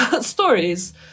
stories